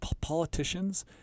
politicians